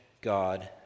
God